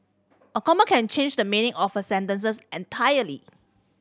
a comma can change the meaning of a sentences entirely